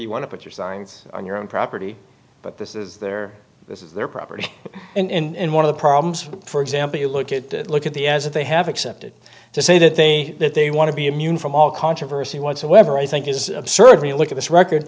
you want to put your signs on your own property but this is their this is their property and one of the problems for example you look at that look at the as if they have accepted to say that they that they want to be immune from all controversy whatsoever i think is absurd i mean look at this record